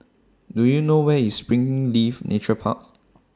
Do YOU know Where IS Springleaf Nature Park